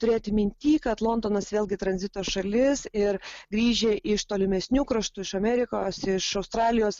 turėti mintyj kad londonas vėlgi tranzito šalis ir grįžę iš tolimesnių kraštų iš amerikos iš australijos